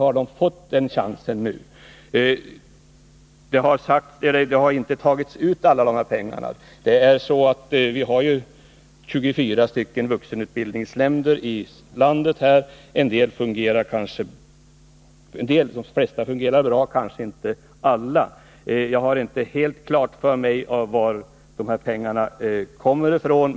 Alla dessa pengar har inte tagits ut. Vi har ju 24 vuxenutbildningsnämnder i landet. De flesta fungerar bra, men kanske inte alla. Jag har inte helt klart för mig var dessa pengar kommer ifrån.